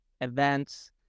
events